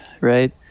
right